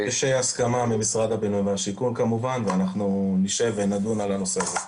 יש הסכמה ממשרד הבינוי והשיכון כמובן ואנחנו נשב ונדון על הנושא הזה.